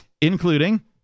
including